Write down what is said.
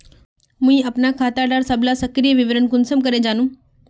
मुई अपना खाता डार सबला सक्रिय विवरण कुंसम करे जानुम?